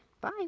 Bye